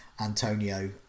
Antonio